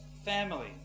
family